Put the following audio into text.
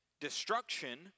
Destruction